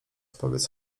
powiedz